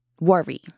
worry